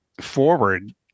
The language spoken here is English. forward